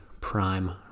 prime